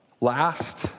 last